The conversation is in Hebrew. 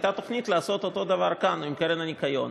הייתה תוכנית לעשות אותו דבר כאן עם הקרן לשמירת הניקיון,